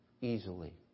easily